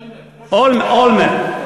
אולמרט, ראש הממשלה.